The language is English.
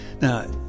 Now